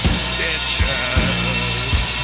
stitches